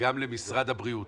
גם למשרד הבריאות,